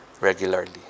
regularly